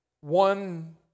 one